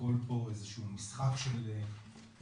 הכול פה איזה שהוא משחק של תפקידים,